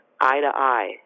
eye-to-eye